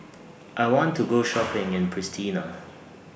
I want to Go Shopping in Pristina